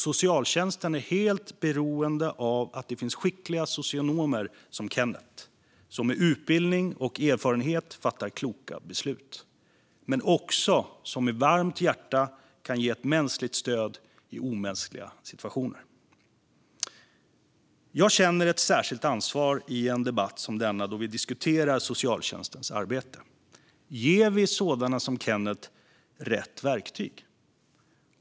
Socialtjänsten är helt beroende av att det finns skickliga socionomer som Kennet, som med utbildning och erfarenhet fattar kloka beslut. Men de ska också med varmt hjärta ge ett mänskligt stöd i omänskliga situationer. Jag känner ett särskilt ansvar i en debatt som denna då vi diskuterar socialtjänstens arbete. Ger vi sådana som Kennet rätt verktyg?